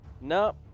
No